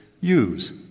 Use